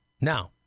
Now